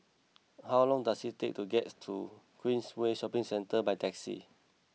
how long does it take to get to Queensway Shopping Centre by taxi